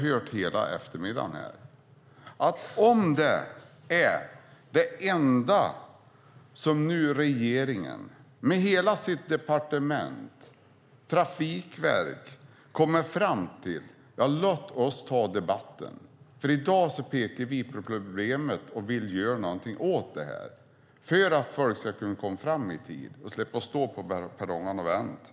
Låt mig då göra klart att om det är det enda som regeringen med hela sitt departement och Trafikverket kommer fram till tar vi debatten. I dag pekar vi på problemet och vill göra någonting åt det, för att folk ska kunna komma fram i tid och slippa stå på perrongerna och vänta.